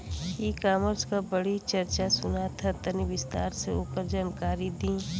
ई कॉमर्स क बड़ी चर्चा सुनात ह तनि विस्तार से ओकर जानकारी दी?